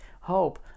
hope